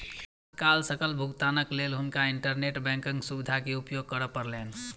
तत्काल सकल भुगतानक लेल हुनका इंटरनेट बैंकक सुविधा के उपयोग करअ पड़लैन